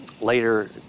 later